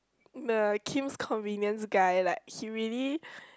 the Kim's Convenience guy like he really